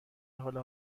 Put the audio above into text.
حال